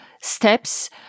steps